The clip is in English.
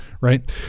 Right